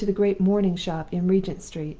i went to the great mourning shop in regent street.